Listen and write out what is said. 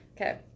okay